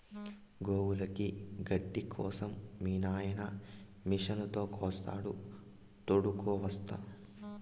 గోవులకి గడ్డి కోసం మీ నాయిన మిషనుతో కోస్తాడా తోడుగ వస్తా